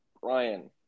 Brian